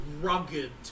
rugged